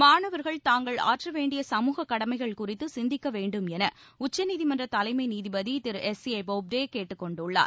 மாணவர்கள் தாங்கள் ஆற்ற வேண்டிய சமூக கடமைகள் குறித்து சிந்திக்க வேண்டும் உச்சநீதிமன்ற நீதிபதி என தலை திரு எஸ் ஏ போப்டே கேட்டுக் கொண்டுள்ளார்